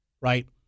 right